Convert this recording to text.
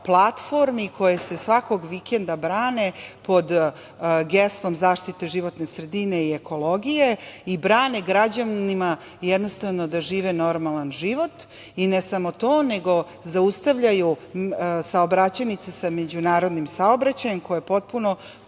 platformi koje se svakog vikenda brane pod geslom zaštite životne sredine i ekologije i brane građanima da žive normalan život, i ne samo to, zaustavljaju saobraćajnice sa međunarodnim saobraćajem, koje je potpuno